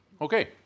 Okay